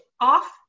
off